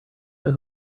know